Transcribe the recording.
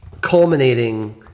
culminating